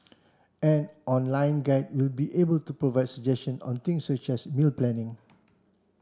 an online guide will be available to provide suggestions on things such as meal planning